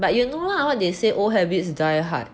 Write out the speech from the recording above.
but you know lah what they say it's old habits die hard